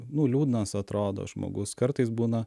nu liūdnas atrodo žmogus kartais būna